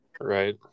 right